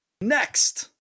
Next